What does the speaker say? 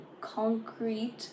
concrete